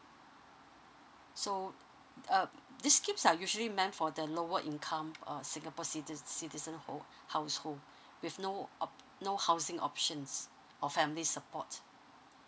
so uh this scheme are usually meant for the lower income or singapore citiz~ citizen hol~ household with no op~ no housing options or family support